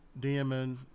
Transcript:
DMing